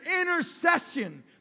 intercession